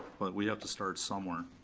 but we have to start somewhere.